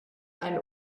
eine